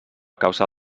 causa